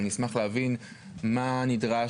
אבל אני אשמח להבין מה נדרש?